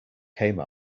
came